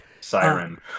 Siren